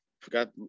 forgot